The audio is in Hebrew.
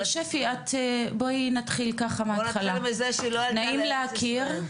שפי, בואי נתחיל מההתחלה, נעים להכיר.